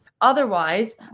Otherwise